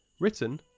Written